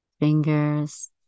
fingers